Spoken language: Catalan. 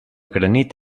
granit